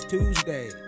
Tuesday